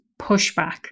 pushback